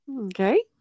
Okay